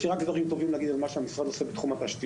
יש לי רק דברים טובים להגיד על מה שהמשרד עושה בתחום התשתיות.